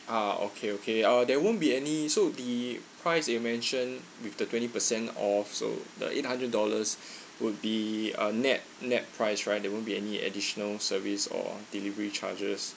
ah okay okay uh there won't be any so the price you mentioned with the twenty percent off so the eight hundred dollars would be a net net price right there won't be any additional service or delivery charges